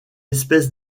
espèce